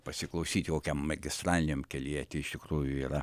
pasiklausyti kokiam magistraliniam kelyje tai ištikrųjų yra